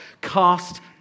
cast